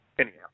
Anyhow